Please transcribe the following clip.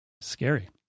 scary